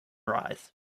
rise